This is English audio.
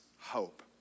hope